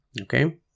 okay